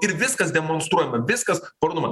ir viskas demonstruojama viskas parodoma